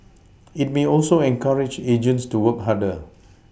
it may also encourage agents to work harder